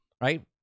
right